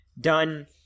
done